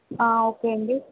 okay అండి